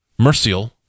mercial